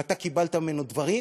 ואתה קיבלת ממנו דברים,